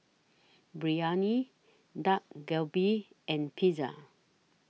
Biryani Dak Galbi and Pizza